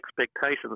expectations